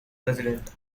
president